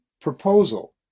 proposal